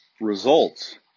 Results